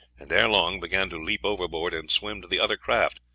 and ere long began to leap overboard and swim to the other craft,